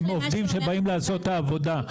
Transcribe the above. הם עובדים שבאים לעשות את העבודה,